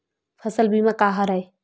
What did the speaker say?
फसल बीमा का हरय?